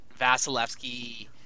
vasilevsky